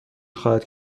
خواهد